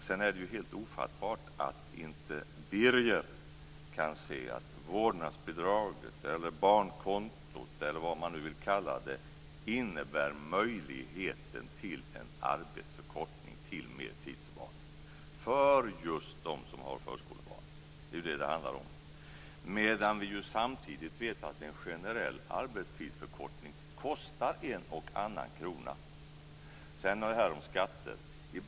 Sedan är det helt ofattbart att inte Birger kan se att vårdnadsbidraget, barnkontot eller vad man nu vill kalla det innebär möjligheten till en arbetstidsförkortning, till mer tid för barnen för just dem som har förskolebarn. Det är detta det handlar om. Samtidigt vet vi ju att en generell arbetstidsförkortning kostar en och annan krona. Sedan till det här med skatter.